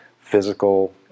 physical